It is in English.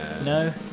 No